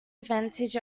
advantage